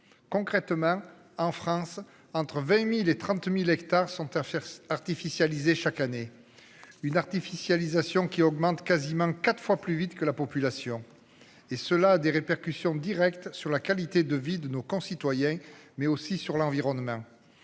Concrètement. En France, entre 20.000 et 30.000 hectares sont. Artificialisés chaque année. Une artificialisation qui augmentent quasiment quatre fois plus vite que la population et cela a des répercussions directes sur la qualité de vie de nos concitoyens mais aussi sur l'environnement.